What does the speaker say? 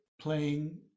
playing